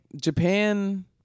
japan